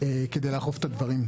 כדי לאכוף את הדברים.